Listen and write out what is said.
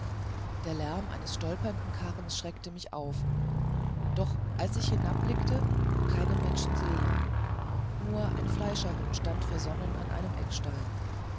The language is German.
der lärm eines holpernden karrens schreckte mich auf doch als ich hinabblickte keine menschenseele nur ein fleischerhund stand versonnen an einem eckstein